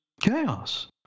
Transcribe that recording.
chaos